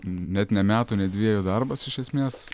net ne metų ne dviejų darbas iš esmės